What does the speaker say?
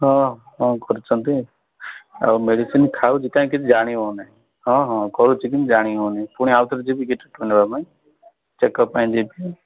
ହଁ ହଁ କରୁଛନ୍ତି ଆଉ ମେଡ଼ିସିନ୍ ଖାଉଛି କାହିଁ କିଛି ଜାଣି ହେଉନି ହଁ ହଁ କରୁଛି କିନ୍ତୁ ଜାଣି ହେଉନି ପୁଣି ଆଉଥରେ ଯିବିକି ଟ୍ରିଟମେଣ୍ଟ୍ ହେବା ପାଇଁ ଚେକପ୍ ପାଇଁ ଯିବି